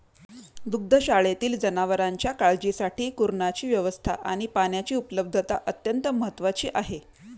दुग्धशाळेतील जनावरांच्या काळजीसाठी कुरणाची व्यवस्था आणि पाण्याची उपलब्धता अत्यंत महत्त्वाची आहे